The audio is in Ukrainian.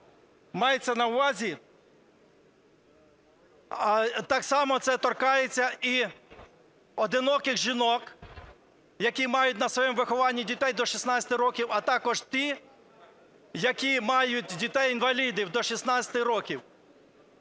Мається на увазі… Так само це торкається і одиноких жінок, які мають на своєму вихованні дітей до 16 років, а також ті, які мають дітей-інвалідів до 16 років.